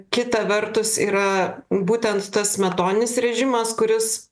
kita vertus yra būtent tas smetoninis režimas kuris